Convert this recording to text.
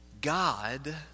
God